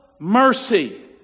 mercy